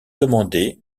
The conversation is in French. demandé